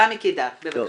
סמי קידר, בבקשה.